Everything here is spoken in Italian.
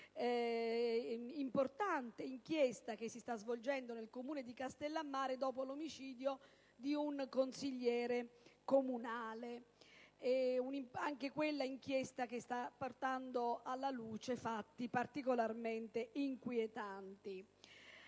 importante inchiesta che si sta svolgendo nel Comune di Castellammare, dopo l'omicidio di un consigliere comunale. Anche quell'inchiesta sta portando alla luce fatti particolarmente inquietanti.